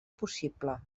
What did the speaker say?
possible